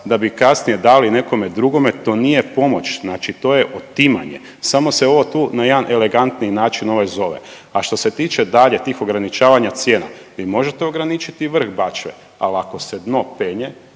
da bi kasnije dali nekome drugome to nije pomoć znači to je otimanje samo se ovo tu na jedan elegantniji način ovaj zove. A što se tiče dalje tih ograničavanja cijena vi možete ograničiti vrh bačve ali ako se dno penje